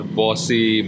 bossy